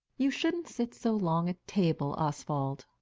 you shouldn't sit so long at table, oswald.